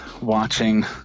watching